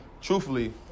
truthfully